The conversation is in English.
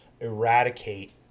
eradicate